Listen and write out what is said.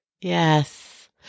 Yes